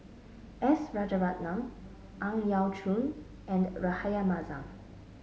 S Rajaratnam Ang Yau Choon and Rahayu Mahzam